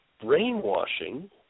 brainwashing